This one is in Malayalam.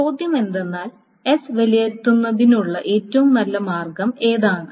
ചോദ്യം എന്തെന്നാൽ S വിലയിരുത്തുന്നതിനുള്ള ഏറ്റവും നല്ല മാർഗം ഏതാണ്